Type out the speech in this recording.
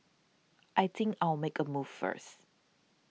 I think I'll make a move first